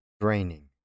draining